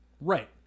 Right